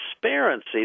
transparency